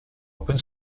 open